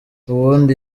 uwundi